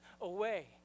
away